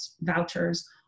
vouchers